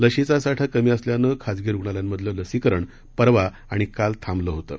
लशीचा साठा कमी असल्यानं खासगी रुग्णालयांमधलं लसीकरण परवा आणि काल थांबलं होतं